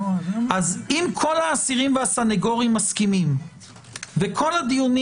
אם כל האסירים והסנגורים מסכימים וכל הדיונים